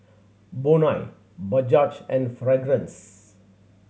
Bonia Bajaj and Fragrance